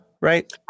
right